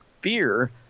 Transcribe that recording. fear